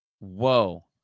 whoa